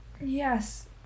Yes